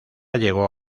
llegó